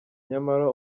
nyamara